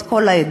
את כל העדות.